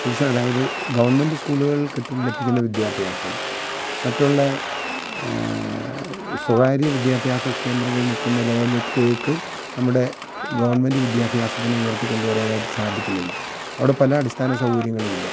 പൊതുസേവനം അതായത് ഗവണ്മെന്റ് സ്കൂളുകളിൽ കിട്ടുന്ന ലഭിക്കുന്ന വിദ്യാഭ്യാസം മറ്റുള്ള സ്വകാര്യ വിദ്യാഭ്യാസ കേന്ദ്രങ്ങളിൽ നിൽക്കുന്ന ലെവലിലേക്ക് നമ്മുടെ ഗവണ്മെന്റ് വിദ്യാഭ്യാസത്തിനെ ഉയർത്തി കൊണ്ടുവരാനായിട്ട് സാധിക്കുന്നില്ല അവിടെ പല അടിസ്ഥാന സൗകര്യങ്ങളുമില്ല